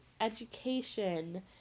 education